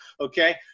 okay